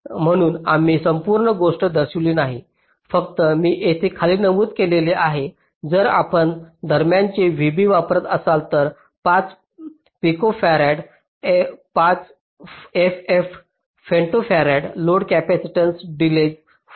म्हणून आम्ही संपूर्ण गोष्ट दर्शविली नाही फक्त मी येथे खाली नमूद केले आहे तर जर आपण दरम्यानचे vB वापरत असाल तर 5 picofarad 5 ff femtofarad load capacitance delays 45 पिकोसेकंदांवर येतो